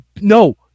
No